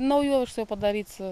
naujoviškas jau padarytas